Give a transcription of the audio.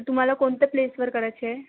तुम्हाला कोणत्या प्लेसवर करायची आहे